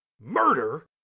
Murder